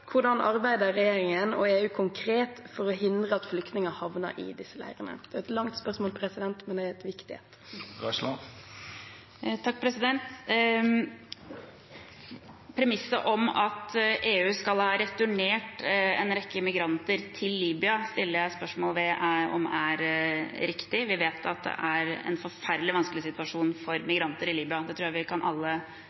hvordan arbeider regjeringen og EU konkret for å hindre at flyktninger havner i disse leirene? Det var et langt spørsmål, men det er et viktig et. Premisset om at EU skal ha returnert en rekke immigranter til Libya, stiller jeg spørsmål ved om er riktig. Vi vet at det er en forferdelig vanskelig situasjon for